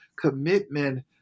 commitment